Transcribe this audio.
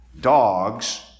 dogs